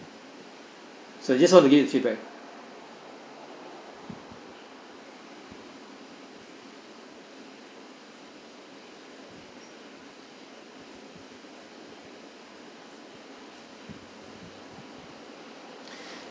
so I just want to give the feedback